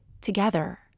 together